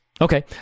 Okay